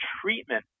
treatment